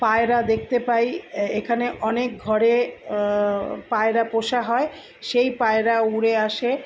পায়রা দেখতে পাই এখানে অনেক ঘরে পায়রা পোষা হয় সেই পায়রা উড়ে আসে